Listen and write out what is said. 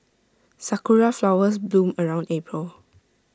Sakura Flowers bloom around April